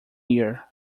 year